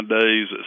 days